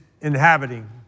inhabiting